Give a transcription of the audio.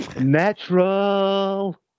natural